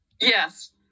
Yes